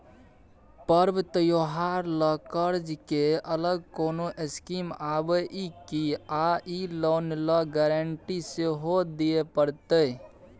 पर्व त्योहार ल कर्ज के अलग कोनो स्कीम आबै इ की आ इ लोन ल गारंटी सेहो दिए परतै?